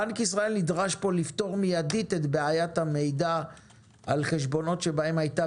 בנק ישראל נדרש לפתור מידית את בעיית המידע על חשבונות שבהם הייתה